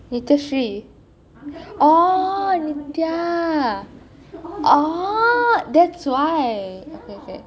nityashree ya that is why okay